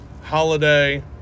Holiday